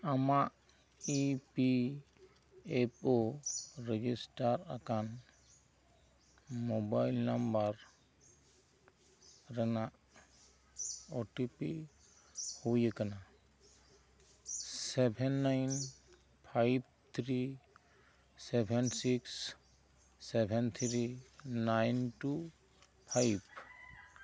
ᱟᱢᱟᱜ E P F O register ᱟᱠᱟᱱ mobile number ᱨᱮᱱᱟᱜ ᱳ ᱴᱤ ᱯᱤ ᱦᱩᱭ ᱟᱠᱟᱱᱟ seven nine five three seven six seven three nine two five